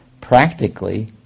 practically